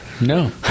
No